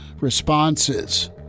responses